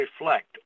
reflect